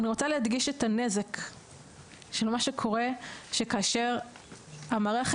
אני רוצה להדגיש את הנזק של מה שקורה כאשר המערכת,